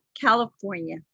California